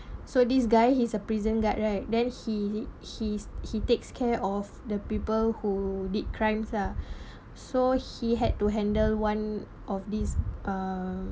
so this guy he's a prison guard right then he he's he takes care of the people who did crimes lah so he had to handle one of this uh